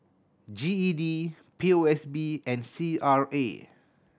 G E D P O S B and C R A